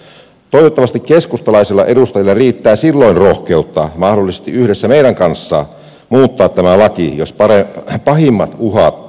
toivottavasti keskustalaisilla edustajilla riittää silloin rohkeutta mahdollisesti yhdessä meidän kanssamme muuttaa tämä laki jos pahimmat uhat toteutuvat